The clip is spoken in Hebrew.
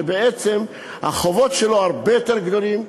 שבעצם החובות שלו הרבה יותר גדולים,